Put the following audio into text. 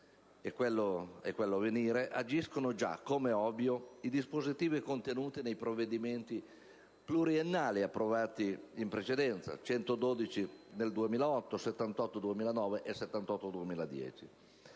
e quello a venire agiscono già, come è ovvio, i dispositivi contenuti nei provvedimenti pluriennali approvati in precedenza: i decreti-legge n. 112 del 2008, n. 78 del 2009